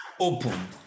open